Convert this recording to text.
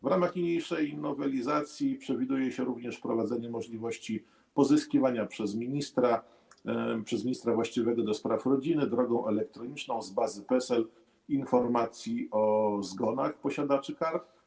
W ramach niniejszej nowelizacji przewiduje się również wprowadzenie możliwości pozyskiwania przez ministra właściwego do spraw rodziny drogą elektroniczną z bazy PESEL informacji o zgonach posiadaczy kart.